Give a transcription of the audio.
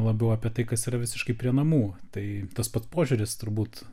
labiau apie tai kas yra visiškai prie namų tai tas pats požiūris turbūt